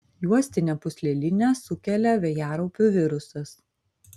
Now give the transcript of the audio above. juostinę pūslelinę sukelia vėjaraupių virusas